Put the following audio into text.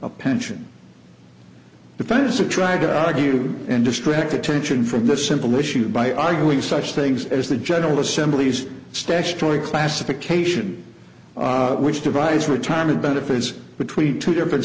a pension the fans who try to argue and distract attention from the simple issue by arguing such things as the general assembly's statutory classification which divides retirement benefits between two different